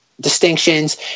distinctions